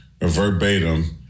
verbatim